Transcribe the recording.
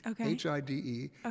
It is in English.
H-I-D-E